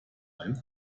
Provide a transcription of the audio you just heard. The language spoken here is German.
ein